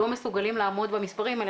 לא מסוגלים לעמוד במספרים האלה.